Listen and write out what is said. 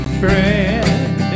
friend